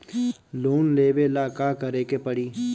Loan लेवे ला का करे के पड़ी?